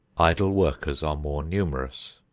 idle workers are more numerous,